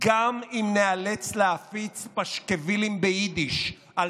גם אם ניאלץ להפיץ פשקווילים ביידיש על